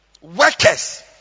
Workers